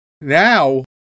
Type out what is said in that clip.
now